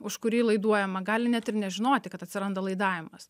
už kurį laiduojama gali net ir nežinoti kad atsiranda laidavimas